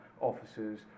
officers